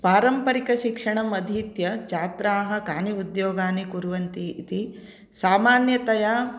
पारम्परिकशिक्षणम् अधीत्य छात्राः कानि उद्योगानि कुर्वन्ति इति सामान्यतया